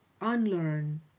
unlearn